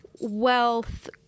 wealth